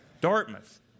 Dartmouth